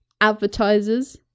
advertisers